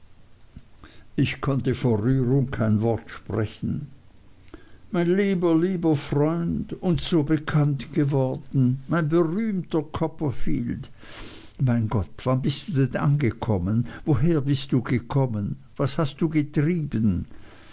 ich konnte vor rührung kein wort sprechen mein lieber lieber freund und so bekannt geworden mein berühmter copperfield mein gott wann bist du denn angekommen woher bist du gekommen was hast du getrieben